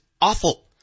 awful